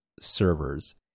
servers